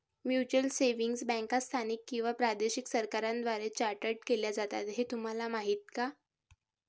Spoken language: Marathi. म्युच्युअल सेव्हिंग्ज बँका स्थानिक किंवा प्रादेशिक सरकारांद्वारे चार्टर्ड केल्या जातात हे तुम्हाला माहीत का?